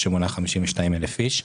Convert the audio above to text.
היא מונה 52,000 איש,